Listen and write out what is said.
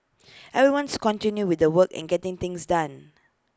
everyone's continuing with the work and getting things done